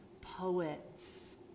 poets